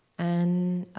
and